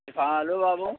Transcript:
ہاں ہلو بابو